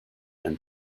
and